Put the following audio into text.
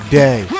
day